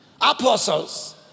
Apostles